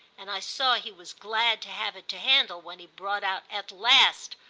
and i saw he was glad to have it to handle when he brought out at last,